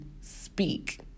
speak